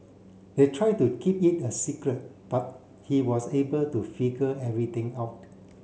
they tried to keep it a secret but he was able to figure everything out